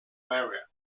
marianne